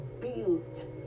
built